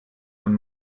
von